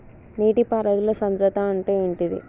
నీటి పారుదల సంద్రతా అంటే ఏంటిది?